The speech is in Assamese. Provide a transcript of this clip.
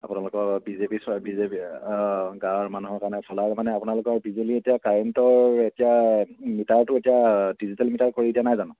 আপোনালোকৰ বি জে পি চ বি জে পি গাঁৱৰ মানুহৰ কাৰণে চ'লাৰ মানে আপোনালোকৰ বিজুলী এতিয়া কাৰেণ্টৰ এতিয়া মিটাৰটো এতিয়া ডিজিটেল মিটাৰ কৰি দিয়া নাই জানো